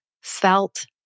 felt